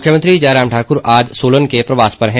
मुख्यमंत्री जयराम ठाकुर आज सोलन के प्रवास पर हैं